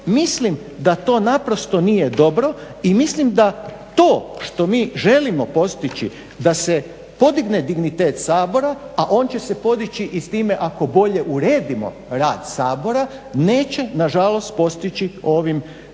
mislim da to naprosto nije dobro i mislim da to što mi želimo postići da se podigne dignitet Sabora, a on će se podići i s time ako bolje uredimo rad Sabora neće na žalost postići ovim